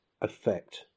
effect